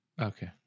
Okay